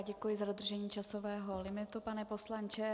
Děkuji za dodržení časového limitu, pane poslanče.